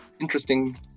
interesting